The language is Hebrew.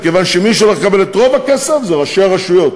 מכיוון שמי שהולך לקבל את רוב הכסף זה ראשי הרשויות.